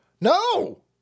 No